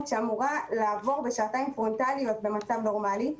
שאמורה לעבור בשעתיים פרונטליות במצב נורמלי.